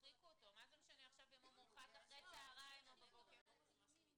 להרחיק אותו מהמאגר כמה שאפשר.